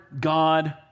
God